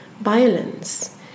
violence